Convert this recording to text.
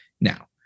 Now